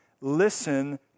Listen